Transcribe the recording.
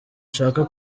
nshaka